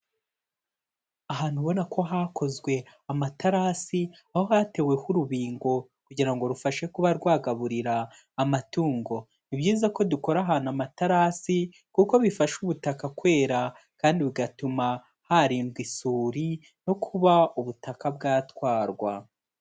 Ahantu ubona ko hakozwe amaterasi, aho hateweho urubingo kugira ngo rufashe kuba rwagaburira amatungo, ni byiza ko dukora ahantu amaterasi kuko bifasha ubutaka kwera kandi bigatuma harindwa isuri, no kuba ubutaka bwatwarwa.